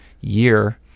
year